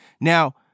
Now